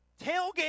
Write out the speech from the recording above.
tailgate